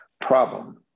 problem